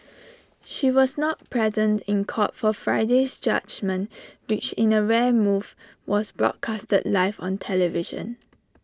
she was not present in court for Friday's judgement which in A rare move was broadcast live on television